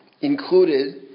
included